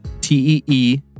t-e-e